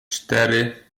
cztery